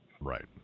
Right